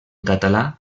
català